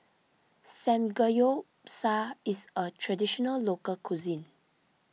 Samgeyopsal is a Traditional Local Cuisine